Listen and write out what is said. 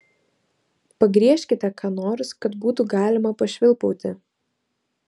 pagriežkite ką nors kad būtų galima pašvilpauti